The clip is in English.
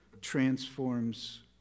transforms